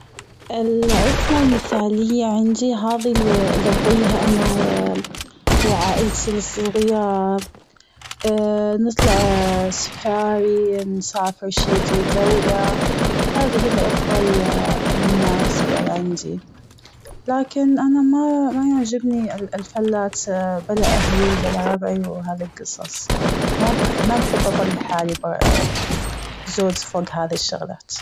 العطلة المثالية عندي هذي اللي أقضيها أنا وعائلتي الصغيرة نطلع سفاري نسافر شي اجي دولة هذه العطلة المناسبه لعندي، لكن أنا ما-ما يعجبني ال-الرحلات بلا أهلي وبلا ربعي وهذي القصص مو بح-ما بحب أطلّع حالي بلا ب-زوجي بها الشغلات.